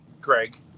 Greg